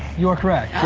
you are correct.